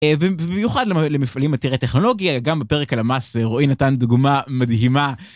במיוחד למפעלים הטכנולוגיה גם בפרק הלמ"ס רועי נתן דוגמה מדהימה.